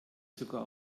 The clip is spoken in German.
sogar